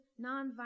nonviolent